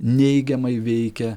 neigiamai veikia